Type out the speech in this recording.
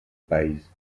país